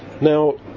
now